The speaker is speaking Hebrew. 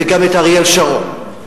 וגם את אריאל שרון.